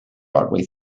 broadway